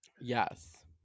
yes